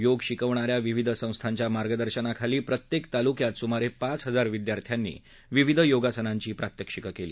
योग शिकवणाऱ्या विविध संस्थांच्या मार्गदर्शनाखाली प्रत्येक तालुक्यात सुमारे पाच हजार विद्यार्थ्यांनी विविध योगासनांची प्रात्यक्षिक केली